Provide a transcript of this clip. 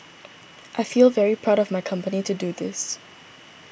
I feel very proud of my company to do this